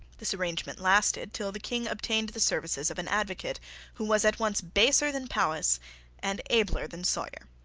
this arrangement lasted till the king obtained the services of an advocate who was at once baser than powis and abler than sawyer.